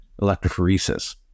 electrophoresis